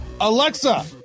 Alexa